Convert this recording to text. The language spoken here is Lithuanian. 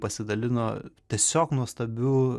pasidalino tiesiog nuostabiu